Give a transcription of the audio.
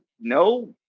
no